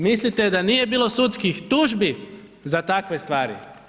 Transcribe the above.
Mislite da nije bilo sudskih tužbi za takve stvari?